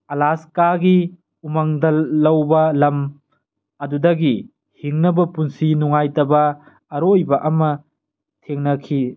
ꯑꯥꯂꯥꯁꯀꯥꯒꯤ ꯎꯃꯪꯗ ꯂꯧꯕ ꯂꯝ ꯑꯗꯨꯗꯒꯤ ꯍꯤꯡꯅꯕ ꯄꯨꯟꯁꯤ ꯅꯨꯡꯉꯥꯏꯇꯕ ꯑꯔꯣꯏꯕ ꯑꯃ ꯊꯦꯡꯅꯈꯤ